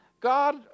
God